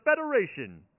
Federation